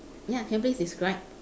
ya can you please describe